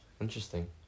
Interesting